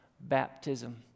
baptism